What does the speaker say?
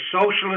socialist